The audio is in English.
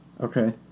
Okay